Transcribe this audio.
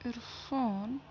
Irfan